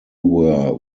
were